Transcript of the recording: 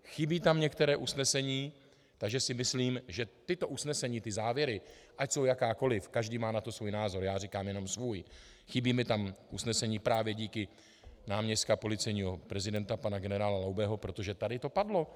Chybí tam některé usnesení, takže si myslím, že tato usnesení, ty závěry, ať jsou jakékoliv, každý má na to svůj názor, já říkám jenom svůj, chybí mi tam usnesení právě díky (?) náměstka policejního prezidenta pana generála Laubeho, protože tady to padlo.